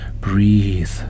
Breathe